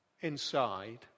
inside